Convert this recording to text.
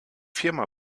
firma